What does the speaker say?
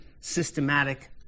systematic